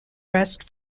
rest